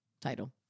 Title